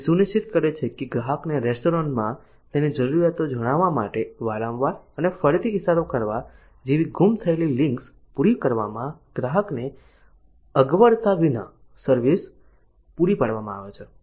તે સુનિશ્ચિત કરે છે કે ગ્રાહકને રેસ્ટોરન્ટમાં તેની જરૂરિયાતો જણાવવા માટે વારંવાર અને ફરીથી ઇશારો કરવા જેવી ગુમ થયેલી લિંક્સ પૂરી કરવામાં ગ્રાહકને અગવડતા વિના સર્વિસ પૂરી પાડવામાં આવે છે